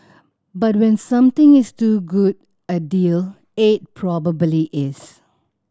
but when something is too good a deal it probably is